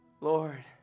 Lord